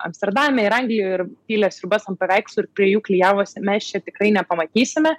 amsterdame ir anglijoj ir pylė sriubas ant paveikslų ir prie jų klijavosi mes čia tikrai nepamatysime